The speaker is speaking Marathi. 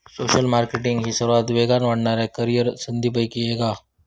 सोशल मार्केटींग ही सर्वात वेगान वाढणाऱ्या करीअर संधींपैकी एक हा